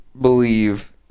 believe